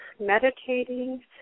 meditating